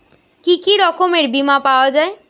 কি কি রকমের বিমা পাওয়া য়ায়?